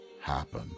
happen